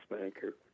banker